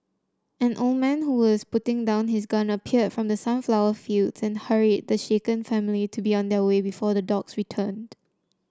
an old man who was putting down his gun appeared from the sunflower fields and hurried the shaken family to be on their way before the dogs return